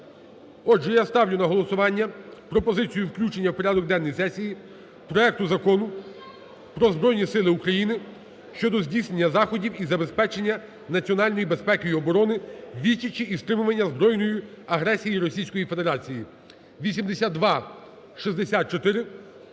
Отже, я ставлю на голосування пропозицію включення в порядок денний сесії проекту Закону "Про Збройні Сили України" щодо здійснення заходів із забезпечення національної безпеки і оборони, відсічі і стримування збройної агресії Російської Федерації (8264).